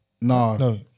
No